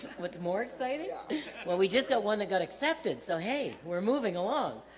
what's more exciting well we just got one that got accepted so hey we're moving along